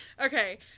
Okay